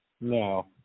No